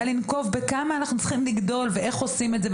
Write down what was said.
לנקוב בכמה אנחנו צריכים לגדול ואיך עושים את זה,